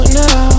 now